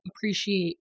appreciate